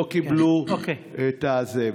לא קיבלו את זה.